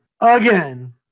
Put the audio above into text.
again